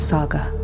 Saga